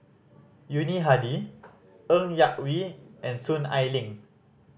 Yuni Hadi Ng Yak Whee and Soon Ai Ling